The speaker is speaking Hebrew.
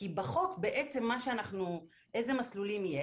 כי בחוק בעצם אילו מסלולים יש?